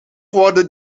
worden